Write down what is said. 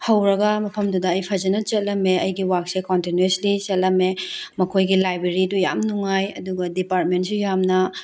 ꯍꯧꯔꯒ ꯃꯐꯝꯗꯨꯗ ꯑꯩ ꯐꯖꯅ ꯆꯠꯂꯝꯃꯤ ꯑꯩꯒꯤ ꯋꯥꯔꯛꯁꯦ ꯀꯟꯇꯤꯅꯨꯋꯣꯁꯂꯤ ꯆꯠꯂꯝꯃꯤ ꯃꯈꯣꯏꯒꯤ ꯂꯥꯏꯕ꯭ꯔꯦꯔꯤꯗꯣ ꯌꯥꯝ ꯅꯨꯡꯉꯥꯏ ꯑꯗꯨꯒ ꯗꯤꯄꯥꯔꯠꯃꯦꯟꯁꯨ ꯌꯥꯝꯅ